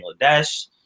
Bangladesh